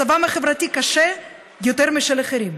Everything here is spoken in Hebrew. מצבם החברתי קשה יותר משל אחרים.